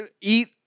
eat